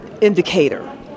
indicator